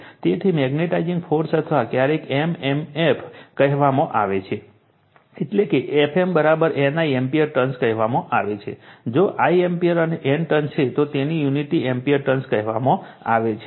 તેથી magnetising force અથવા ક્યારેક m m f કહેવામાં આવે છે એટલે Fm N I ampere turns કહેવામાં આવે છે જો I એમ્પીયર અને N ટર્ન છે તો તેની યુનિટીને એમ્પીયર ટર્ન કહેવામાં આવે છે